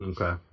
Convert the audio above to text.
Okay